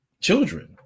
children